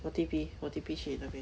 我 T_P 我 T_P 去那边